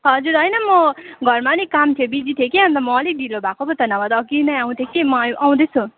हजुर होइन म घरमा अलिक काम थियो बिजी थिएँ कि अन्त म अलिक ढिलो भएको पो त नभए त अघि नै आउँथेँ कि म आ आउँदैछु